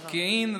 פקיעין,